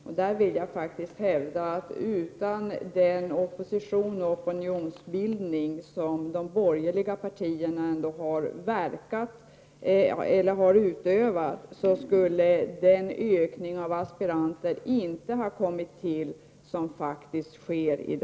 Men jag vill faktiskt hävda att utan den opposition och opinionsbildning som de borgerliga partierna ändå har utövat, skulle den här ökningen av antalet aspiranter inte ha kommit till stånd.